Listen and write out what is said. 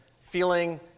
feeling